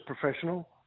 professional